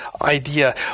idea